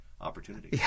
opportunity